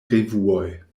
revuoj